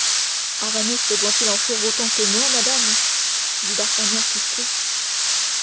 vue aramis doit-il en faire autant que moi madame dit d'artagnan piqué